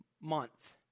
month